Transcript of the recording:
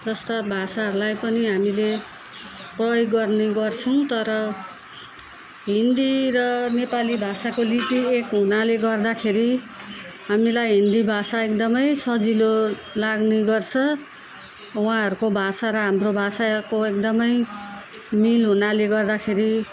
जस्ता भाषाहरूलाई पनि हामीले प्रयोग गर्ने गर्छौँ तर हिन्दी र नेपाली भाषाको लिपि एक हुनाले गर्दाखेरि हामीलाई हिन्दी भाषा एकदमै सजिलो लाग्ने गर्छ उहाँहरूको भाषा र हाम्रो भाषाको एकदमै मेल हुनाले गर्दाखेरि